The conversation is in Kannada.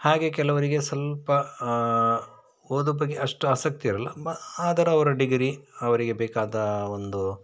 ಹಾಗೇ ಕೆಲವರಿಗೆ ಸ್ವಲ್ಪ ಓದೋ ಬಗ್ಗೆ ಅಷ್ಟು ಆಸಕ್ತಿ ಇರೋಲ್ಲ ಆದರೆ ಅವ್ರು ಡಿಗರಿ ಅವರಿಗೆ ಬೇಕಾದ ಒಂದು